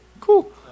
cool